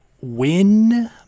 win